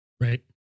Right